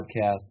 Podcast